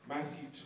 Matthew